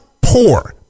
poor